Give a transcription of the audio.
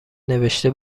نوشته